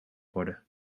worden